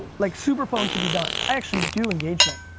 like super phone should be done. i actually do engagement.